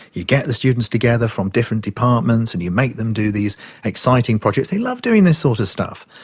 you get the students together from different departments and you make them do these exciting projects. they love doing this sort of stuff.